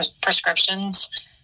prescriptions